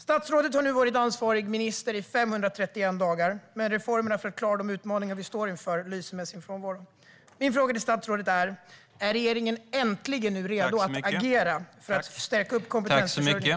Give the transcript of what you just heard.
Statsrådet har nu varit ansvarig minister i 531 dagar, men reformerna för att klara de utmaningar vi står inför lyser med sin frånvaro. Min fråga till statsrådet är: Är regeringen äntligen redo att agera för att stärka kompetensen?